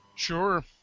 Sure